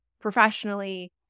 professionally